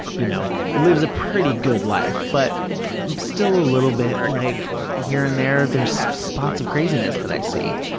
you know, lives a pretty good life, but still a little bit like here and there, there's spots of craziness that i see.